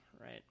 right